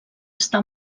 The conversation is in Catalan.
està